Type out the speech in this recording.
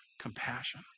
compassion